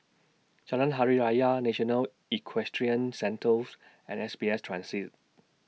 Jalan Hari Raya National Equestrian Centres and S B S Transit